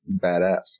Badass